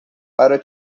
para